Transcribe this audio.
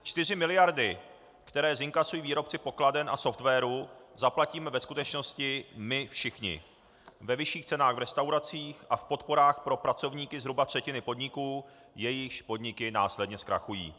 Čtyři miliardy, které zinkasují výrobci pokladen a softwaru, zaplatíme ve skutečnosti my všichni ve vyšších cenách v restauracích a v podporách pro pracovníky zhruba třetiny podniků, jejichž podniky následně zkrachují.